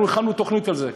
אנחנו הכנו תוכנית לזה.